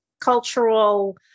cultural